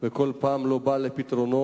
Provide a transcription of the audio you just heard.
וכל פעם לא בא על פתרונו.